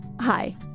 Hi